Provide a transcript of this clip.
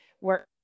work